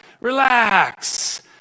relax